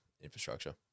infrastructure